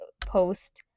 post